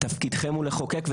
תפקידכם הוא לחוקק,